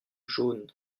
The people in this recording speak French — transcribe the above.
jaune